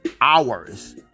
hours